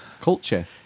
culture